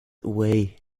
away